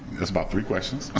that's about three question.